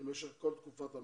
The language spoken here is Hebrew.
במשך כל תקופת המכינה.